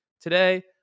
Today